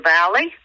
Valley